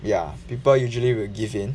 ya people usually will give in